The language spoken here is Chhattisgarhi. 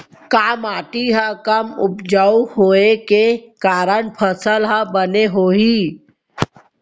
का माटी हा कम उपजाऊ होये के कारण फसल हा बने होही?